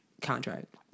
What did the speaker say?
contract